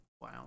Wow